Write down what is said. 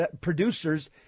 producers